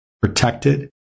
protected